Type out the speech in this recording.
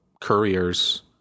Couriers